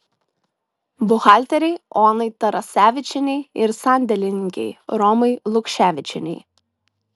buhalterei onai tarasevičienei ir sandėlininkei romai lukševičienei